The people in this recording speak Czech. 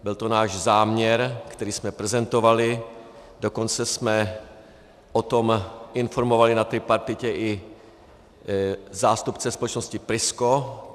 Byl to náš záměr, který jsme prezentovali, dokonce jsme o tom informovali na tripartitě i zástupce společnosti Prisco.